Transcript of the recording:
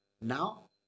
Now